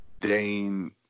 dane